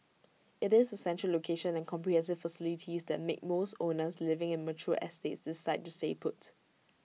IT is the central location and comprehensive facilities that make most owners living in mature estates decide to stay put